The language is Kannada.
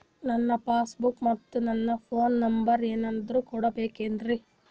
ನನ್ನ ಪಾಸ್ ಬುಕ್ ಮತ್ ನನ್ನ ಫೋನ್ ನಂಬರ್ ಏನಾದ್ರು ಕೊಡಬೇಕೆನ್ರಿ?